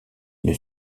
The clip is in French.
une